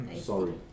Sorry